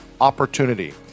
opportunity